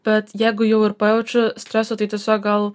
bet jeigu jau ir pajaučiu stresą tai tiesiog gal